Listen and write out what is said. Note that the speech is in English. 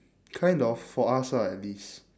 kind of for us lah at least